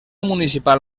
municipal